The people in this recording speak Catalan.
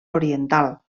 oriental